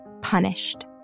punished